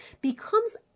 becomes